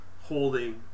holding